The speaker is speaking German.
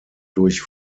durch